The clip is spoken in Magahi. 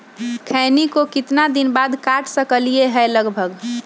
खैनी को कितना दिन बाद काट सकलिये है लगभग?